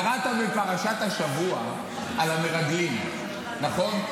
קראת בפרשת השבוע על המרגלים, נכון?